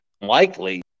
Likely